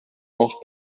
auch